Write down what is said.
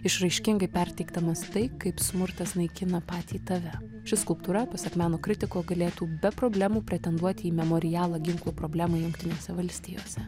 išraiškingai perteikdamas tai kaip smurtas naikina patį tave ši skulptūra pasak meno kritiko galėtų be problemų pretenduoti į memorialą ginklų problemai jungtinėse valstijose